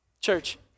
church